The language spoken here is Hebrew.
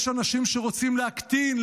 יש אנשים שרוצים להקטין,